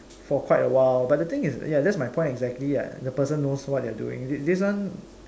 for quite awhile but the thing is ya that's my point exactly lah the person knows what they're doing this this one